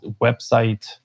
website